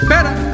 Better